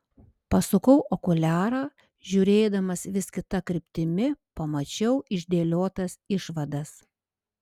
pasukau okuliarą žiūrėdamas vis kita kryptimi pamačiau išdėliotas išvadas